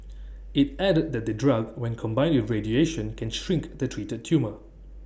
IT added that the drug when combined the radiation can shrink the treated tumour